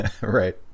Right